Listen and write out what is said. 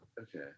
okay